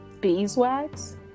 Beeswax